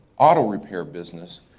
auto repair business,